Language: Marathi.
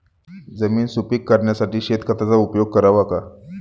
जमीन सुपीक करण्यासाठी शेणखताचा उपयोग करावा का?